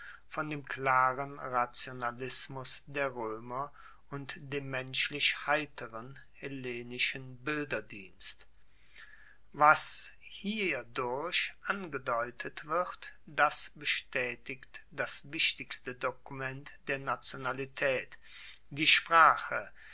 von dem klaren rationalismus der roemer und dem menschlich heiteren hellenischen bilderdienst was hierdurch angedeutet wird das bestaetigt das wichtigste dokument der nationalitaet die sprache